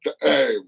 hey